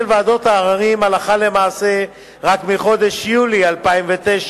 ועדות העררים הלכה למעשה רק בחודש יולי 2009,